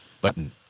Button